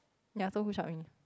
ya